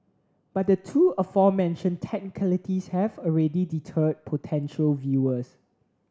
but the two aforementioned technicalities have already deterred potential viewers